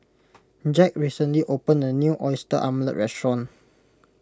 Jack recently opened a new Oyster Omelette restaurant